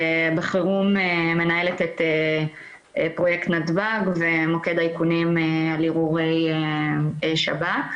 ובחירום מנהלת את פרויקט נתב"ג ומוקד איכונים על ערעורי שב"כ.